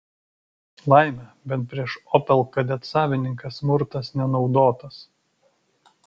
laimė bent prieš opel kadet savininką smurtas nenaudotas